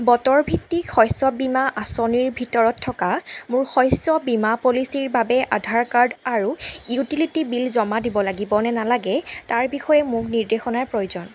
বতৰ ভিত্তিক শস্য বীমা আঁচনিৰ ভিতৰত থকা মোৰ শস্য বীমা পলিচিৰ বাবে আধাৰ কাৰ্ড আৰু ইউটিলিটি বিল জমা দিব লাগিব নে নালাগে তাৰ বিষয়ে মোক নিৰ্দেশনাৰ প্ৰয়োজন